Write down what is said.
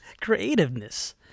creativeness